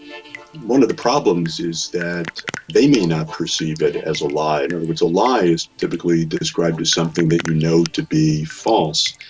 yeah one of the problems is that they may not perceive it as a lie. in other and words a lie is typically described as something that you know to be false.